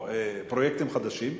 או פרויקטים חדשים,